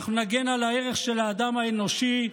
אנחנו נגן על הערך של האדם האנושי,